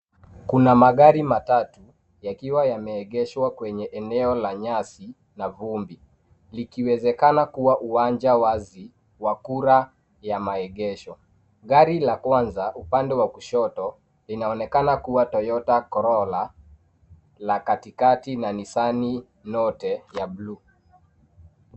Kuna magari matatu, yakiwa yameegeshwa kwenye eneo la nyasi, na vumbi, likiwezekana kuwa uwanja wazi, wa kura ya maegesho. Gari la kwanza, upande wa kushoto, linaonekana kuwa Toyota Corolla , la katikati na nissani note, ya blue .